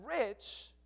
rich